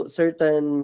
certain